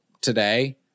today